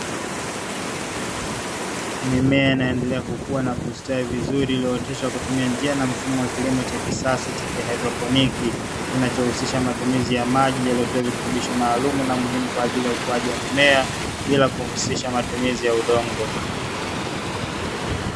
Mimea inaendelea kukua na kustawi vizuri iliyooteshwa kwa kutumia njia na mfumo wa kilimo cha kisasa wa kihaidroponi, kinachohusisha matumizi ya maji yaliyotiwa virutubisho maalumu na muhimu kwa ajili ya ukuaji wa mimea bila kuhusisha matumizi ya udongo.